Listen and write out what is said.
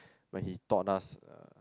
like he taught us uh